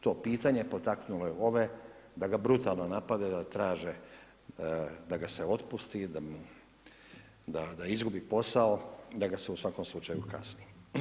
To pitanje potaknulo je ove da ga brutalno napadaju da traže da ga se otpusti, da izgubio posao, da ga se u svakom slučaju kazni.